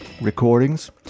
recordings